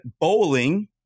bowling